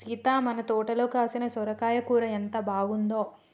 సీత మన తోటలో కాసిన సొరకాయ కూర ఎంత బాగుందో